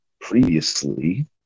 previously